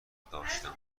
داشتم